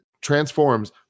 transforms